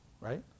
right